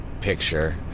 picture